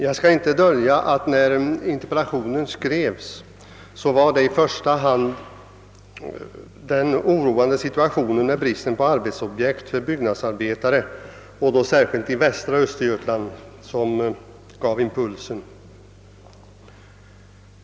Jag skall inte dölja att, när interpellationen skrevs, det i första hand var den oroande situationen med brist på arbetsobjekt för byggnadsarbetare, särskilt i västra Östergötland, som gav impulsen.